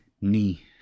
knee